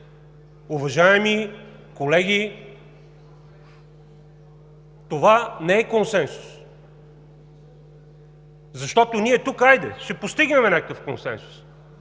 Уважаеми колеги, това не е консенсус! Защото ние тук, хайде, ще постигнем някакъв консенсус,